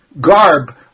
garb